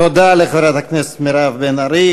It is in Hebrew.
תודה לחברת הכנסת מירב בן ארי.